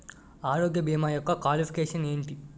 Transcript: ఆరోగ్య భీమా యెక్క క్వాలిఫికేషన్ ఎంటి?